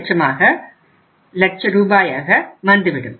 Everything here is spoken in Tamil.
5 லட்சம் ரூபாயாக வந்துவிடும்